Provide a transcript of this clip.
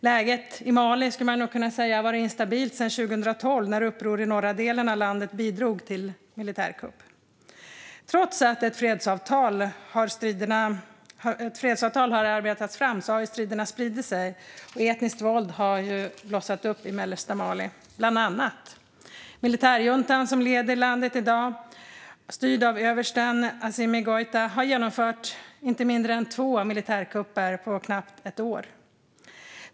Läget i Mali har varit instabilt ända sedan 2012 när uppror i norra delen av landet bidrog till en militärkupp. Trots ett fredsavtal har striderna spridit sig, och etniskt våld har blossat upp i bland annat mellersta Mali. I dag leds landet av en militärjunta, styrd av överste Assimi Goita, som genomfört inte mindre än två militärkupper på knappt ett år.